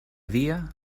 dia